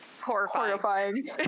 Horrifying